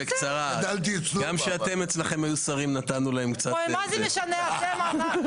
גם אצלכם כשהיו שרים נתנו להם -- מה זה משנה "אתם" או "אנחנו".